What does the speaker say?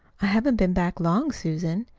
i haven't been back long, susan.